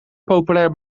populair